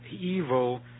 evil